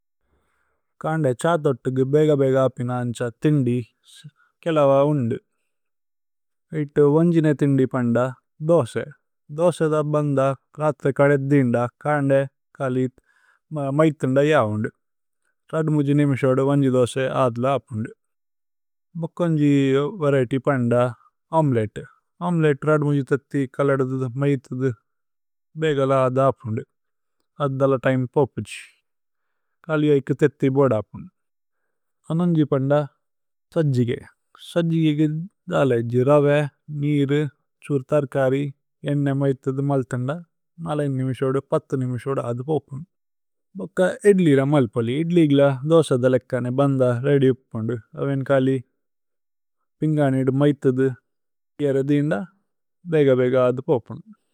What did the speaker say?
കന്ദേ ഛാതോത്തു ഗു ബേഗ ബേഗ അപിന അന്ഛ ഥിന്ദി। കേലവ ഉന്ദു ഏഇത്തു വന്ജിനേ ഥിന്ദി പന്ദ ദോസേ। ദോസേ ദ ബന്ദ രത്ത കദേ ദിന്ദ കന്ദേ കലി। മൈഥിന്ദ യാ ഉന്ദു രദ്മുജി നിമിശോദു വന്ജി। ദോസേ ആദ്ല അപുന്ദു മുകുന്ജി വരതി പന്ദ ഓമേലേത്തേ। ഓമേലേത്തേ രദ്മുജി തത്തി കലദുദു മൈഥുദു ബേഗല। ആദ്ല അപുന്ദു ആദല തിമേ പോപുജി കലിഅ ഇക്കു തത്തി। ബോദ അപുന്ദു തനോന്ജി പന്ദ സജ്ജിഗേ സജ്ജിഗേ ഗുദല। ജിരവേ, നീരു, സുരു തര്കരി, ഏന്നേ മൈഥുദു। മല്ഥിന്ദ നല നിമിശോദു പതു നിമിശോദു ആദ്ല। പോപുന്ദു ഭോക ഇദ്ലില മല്പോലി ഇദ്ലില ദോസ ദലകനേ। ബന്ദ രേഅദ്യ് ഉപുന്ദു അവേന് കലി പിന്ഗനിദു മൈഥുദു। ഇയേര ദിന്ദ ബേഗ ബേഗ ആദ്ല പോപുന്ദു।